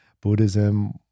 Buddhism